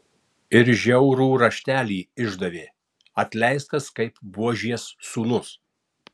ir žiaurų raštelį išdavė atleistas kaip buožės sūnus